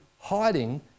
hiding